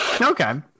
Okay